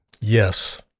Yes